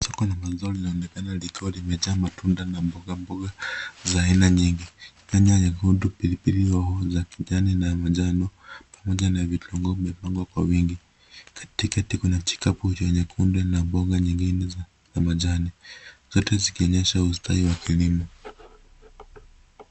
Soko la mazao linaonekana likiwa limejaa matunda na mboga mboga za aina nyingi. Nyanya nyekundu, pilipili hoho za kijani na manjano pamoja na vitunguu vimepangwa kwa wingi. Katikati kuna jikabu cha kunde na mboga nyingine za majani zote zikionyesha ustawi wa kilimo.